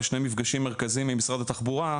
יש שני מפגשים מרכזיים עם משרד התחבורה,